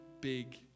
big